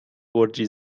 گرجی